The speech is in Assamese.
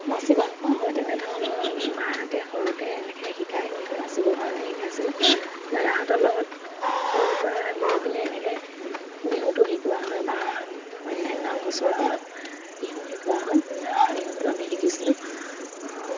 নাচি ভালপোৱা হয় তেনেধৰণৰ মাহাতে সৰুতে এনেকে শিকায় বিহু নাচিবৰ কাৰণে শিকাইছিলে দাদাহতৰ লগত সৰুৰ পৰা গৈ পিনে এনেকে বিহুটো শিকোৱা হয় বা অন্যান্য গছৰ তলত বিহু শিকোৱা হয় বিহুটো আমি শিকিছিলোঁ